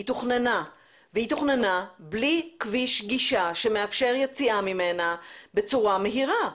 היא תוכננה והיא תוכננה בלי כביש גישה שמאפשר יציאה ממנה בצורה מהירה.